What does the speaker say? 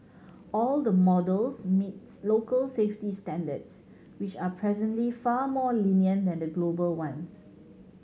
all the models meets local safety standards which are presently far more lenient than global ones